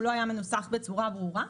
הוא לא היה מנוסח בצורה ברורה.